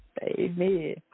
Amen